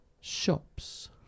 shops